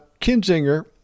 Kinzinger